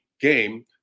game